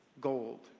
gold